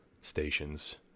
stations